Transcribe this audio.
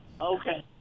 Okay